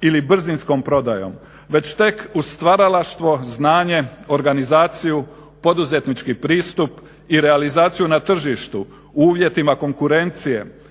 ili brzinskom prodajom već tek uz stvaralaštvo, znanje, organizaciju, poduzetnički pristup i realizaciju na tržištu u uvjetima konkurencije,